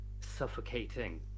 suffocating